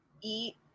eat